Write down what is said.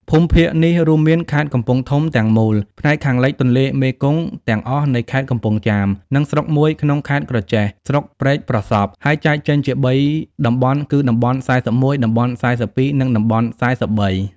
ភូមិភាគនេះរួមមានខេត្តកំពង់ធំទាំងមូល ផ្នែកខាងលិចទន្លេមេគង្គទាំងអស់នៃខេត្តកំពង់ចាម និងស្រុកមួយក្នុង ខេត្តក្រចេះ (ស្រុកព្រែកប្រសប់) ហើយចែកចេញជាបីតំបន់គឺ តំបន់៤១ តំបន់៤២ និង តំបន់៤៣ ។